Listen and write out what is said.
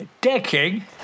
Decking